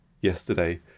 yesterday